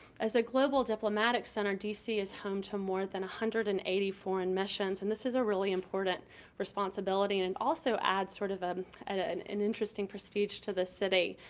as a global diplomatic center, dc is home to more than one hundred and eighty foreign missions, and this is a really important responsibility, and and also adds sort of ah and ah an an interesting prestige to the city.